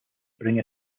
bring